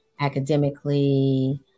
academically